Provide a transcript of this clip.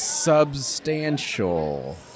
Substantial